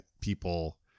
people